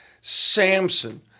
Samson